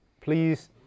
Please